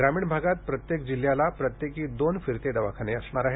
ग्रामीण भागात प्रत्येक जिल्हयाला प्रत्येकी दोन फिरते दवाखाने असणार आहेत